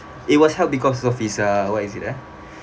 it was held because of his uh what is it ah